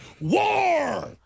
War